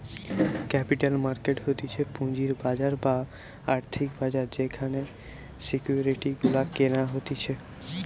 capital market হতিছে পুঁজির বাজার বা আর্থিক বাজার যেখানে সিকিউরিটি গুলা কেনা হতিছে